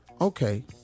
Okay